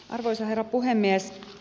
arvoisa herra puhemies